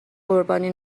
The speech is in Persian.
قربانی